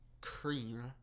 cream